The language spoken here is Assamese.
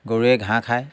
গৰুৱে ঘাঁহ খায়